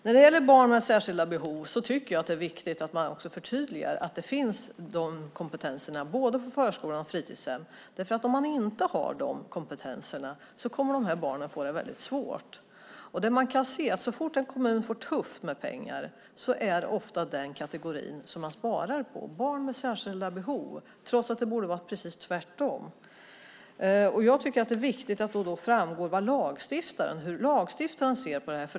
När det gäller barn med särskilda behov är det viktigt att man förtydligar att dessa kompetenser måste finnas både i förskola och på fritidshem. Har man inte dessa kompetenser kommer dessa barn att få det mycket svårt. Så fort en kommun får det tufft med pengar är det ofta denna kategori man sparar på - barn med särskilda behov - trots att det borde vara precis tvärtom. Det är då viktigt att det framgår hur lagstiftaren ser på detta.